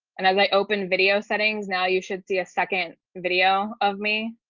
and i like open video settings now you should see a second video of me.